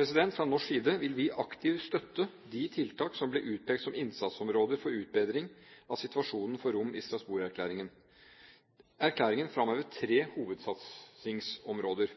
Fra norsk side vil vi aktivt støtte de tiltak som ble utpekt som innsatsområder for utbedring av situasjonen for romene i Strasbourg-erklæringen. Erklæringen fremhever tre hovedsatsingsområder: